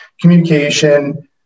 communication